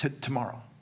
tomorrow